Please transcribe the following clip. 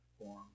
form